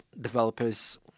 developers